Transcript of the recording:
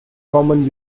common